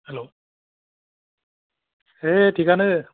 hello हे थिगानो